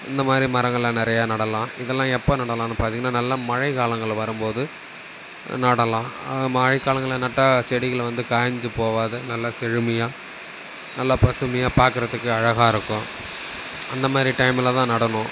இந்த மாதிரி மரங்கள்லாம் நிறையா நடலாம் இதெல்லாம் எப்போ நடலாம்னு பார்த்திங்கன்னா நல்ல மழைக்காலங்கள் வரும் போது நடலாம் மழைக்காலங்களில் நட்டால் செடிகள் வந்து காய்ந்து போகாது நல்லா செழுமையாக நல்லா பசுமையாக பார்க்கறதுக்கு அழகாக இருக்கும் அந்த மாதிரி டைமில்தான் நடணும்